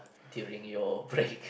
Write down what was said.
during your break